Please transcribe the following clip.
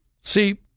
See